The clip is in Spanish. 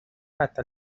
hasta